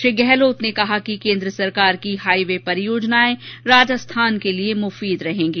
श्री गहलोत ने कहा कि केंद्र सरकार की हाई वे परियोजनाएं राजस्थान के लिए मुफीद रहेंगी